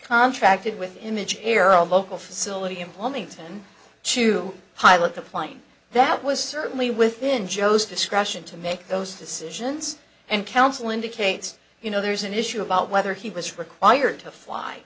contracted with image air a local facility in plumbing tend to pilot the plane that was certainly within joe's discretion to make those decisions and counsel indicates you know there's an issue about whether he was required to fly